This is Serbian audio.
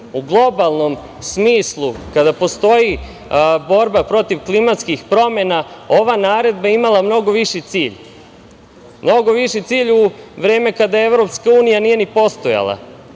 u globalnom smislu kada postoji borba protiv klimatskih promena, ova naredba imala mnogo viši cilj, mnogo višu cilj u vreme kada je EU nije ni postojala,